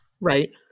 Right